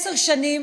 עשר שנים